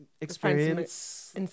experience